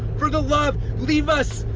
for the love, leave us,